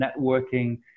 networking